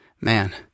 man